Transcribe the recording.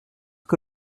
que